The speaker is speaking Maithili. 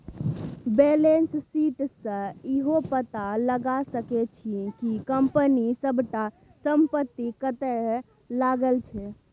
बैलेंस शीट सँ इहो पता लगा सकै छी कि कंपनी सबटा संपत्ति कतय लागल छै